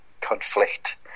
conflict